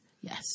Yes